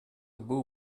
было